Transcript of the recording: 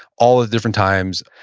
all at different times.